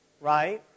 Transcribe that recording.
right